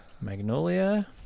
Magnolia